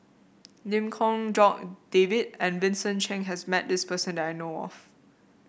Lim Kong Jock David and Vincent Cheng has met this person that I know of